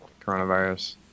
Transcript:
coronavirus